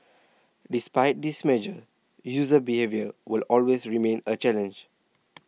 despite these measures user behaviour will always remain a challenge